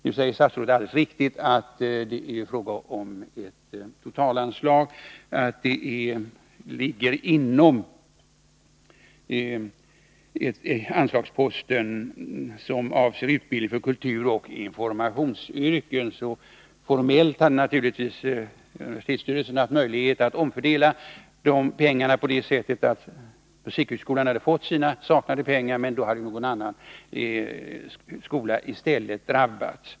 Nu säger statsrådet alldeles riktigt att det är fråga om ett totalanslag och att anslaget till musikhögskolan i Göteborg ligger inom den anslagspost som avser utbildning för kulturoch informationsyrken. Formellt hade naturligtvis universitetsstyrelsen då haft möjlighet att omfördela pengarna så att musikhögskolan fått de pengar den nu saknar, men då hade ju någon annan skola drabbats i stället.